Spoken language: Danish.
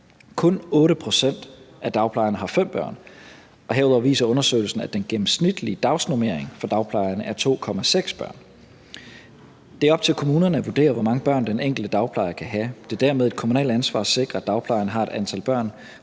kun 8 pct. af dagplejerne har fem børn, og herudover viser undersøgelsen, at den gennemsnitlige dagsnormering for dagplejerne er 2,6 børn. Det er op til kommunerne at vurdere, hvor mange børn den enkelte dagplejer kan have. Det er dermed et kommunalt ansvar at sikre, at dagplejen har et antal børn,